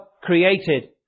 created